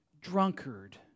drunkard